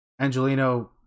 Angelino